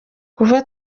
kuva